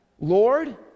Lord